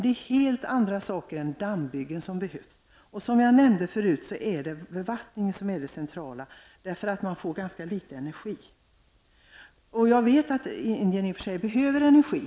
Det är helt andra saker än dammbyggen som behövs. Som jag nämnde förut är det bevattning som är det centrala, eftersom man får ut ganska litet energi. Jag vet att Indien i och för sig behöver energi.